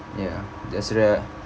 ya that's r~